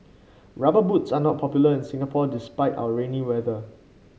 rubber boots are not popular in Singapore despite our rainy weather